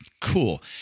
cool